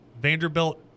Vanderbilt